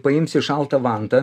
paimsi šaltą vantą